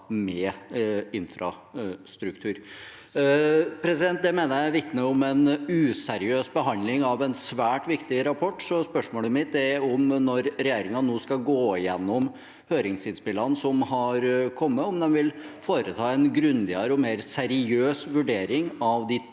med infrastruktur. Det mener jeg vitner om en useriøs be handling av en svært viktig rapport, så spørsmålet mitt er: Når regjeringen nå skal gå gjennom høringsinnspillene som har kommet, vil de foreta en grundigere og mer seriøs vurdering av de